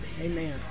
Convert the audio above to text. Amen